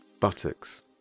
buttocks